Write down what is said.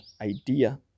idea